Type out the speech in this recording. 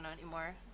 anymore